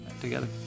together